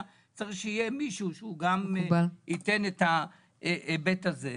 יהיה מישהו שייתן גם את ההיבט הזה.